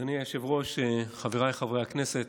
אדוני היושב-ראש, חבריי חברי הכנסת,